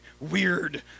weird